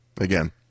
again